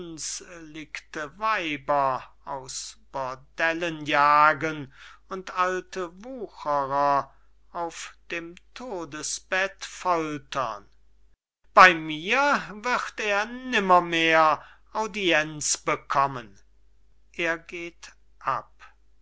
weiber aus bordellen jagen und alte wucherer auf dem todesbett foltern bey mir wird er nimmermehr audienz bekommen er